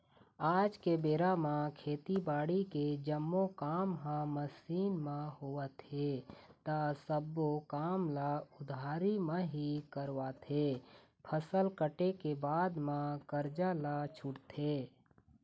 आज के बेरा म खेती बाड़ी के जम्मो काम ह मसीन म होवत हे ता सब्बो काम ल उधारी म ही करवाथे, फसल कटे के बाद म करजा ल छूटथे